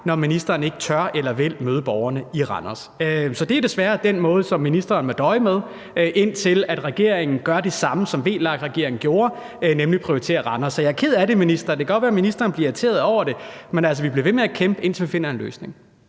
når ministeren ikke tør eller vil møde borgerne i Randers. Det er desværre noget, ministeren må døje med, indtil regeringen gør det samme, som VLAK-regeringen gjorde, nemlig prioriterer Randers. Jeg er ked af det, minister – det kan godt være, at ministeren bliver irriteret over det, men vi bliver ved med at kæmpe, indtil vi finder en løsning.